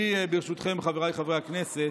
אני, ברשותכם, חבריי חברי הכנסת,